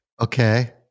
Okay